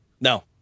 No